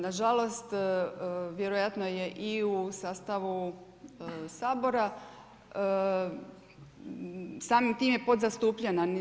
Nažalost, vjerojatno je i u sastavu Sabora, samim time je podzastupljena.